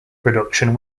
production